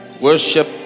worship